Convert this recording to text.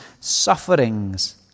sufferings